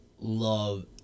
Love